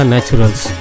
Naturals